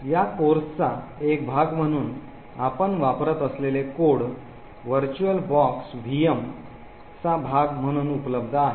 या कोर्सचा एक भाग म्हणून आपण वापरत असलेले कोड व्हर्च्युअल बॉक्स व्हीएमचा भाग म्हणून उपलब्ध आहेत